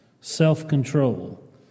self-control